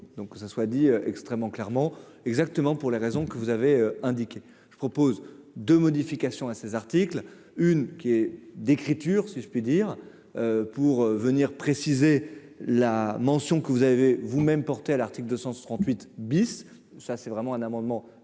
donc ça soit dit extrêmement clairement exactement pour les raisons que vous avez indiqué, je propose de modifications à ces articles, une qui est d'écriture, si je puis dire, pour venir préciser la mention que vous avez vous-même porté à l'article 238 bis, ça c'est vraiment un amendement de